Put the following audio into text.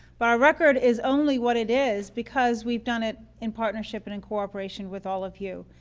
but our record is only what it is because we've done it in partnership and in cooperation with all of you.